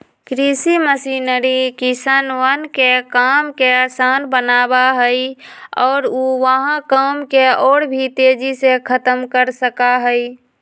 कृषि मशीनरी किसनवन के काम के आसान बनावा हई और ऊ वहां काम के और भी तेजी से खत्म कर सका हई